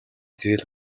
зээл